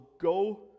go